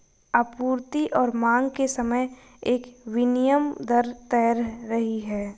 आपूर्ति और मांग के समय एक विनिमय दर तैर रही है